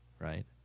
right